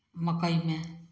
मक्कइमे